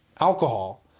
alcohol